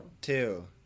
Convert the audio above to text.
Two